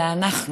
אלא אנחנו,